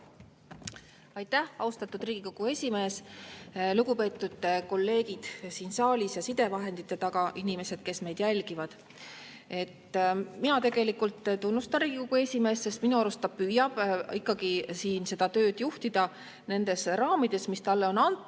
Aitäh, austatud Riigikogu esimees! Lugupeetud kolleegid siin saalis ja sidevahendite taga, kõik inimesed, kes meid jälgivad! Mina tunnustan Riigikogu esimeest, sest minu arvates ta püüab ikkagi siin seda tööd juhtida nendes raamides, mis talle on antud.